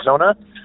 Arizona